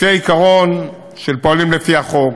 לפי העיקרון שפועלים לפי החוק,